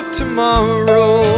tomorrow